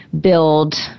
build –